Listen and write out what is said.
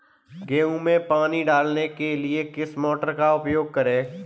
गेहूँ में पानी डालने के लिए किस मोटर का उपयोग करें?